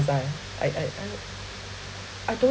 was I I I I I don't